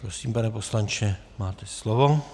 Prosím, pane poslanče, máte slovo.